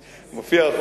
מופיע.